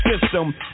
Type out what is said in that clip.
system